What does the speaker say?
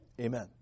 Amen